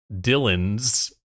Dylan's